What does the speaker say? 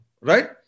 right